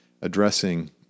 addressing